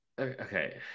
okay